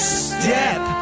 step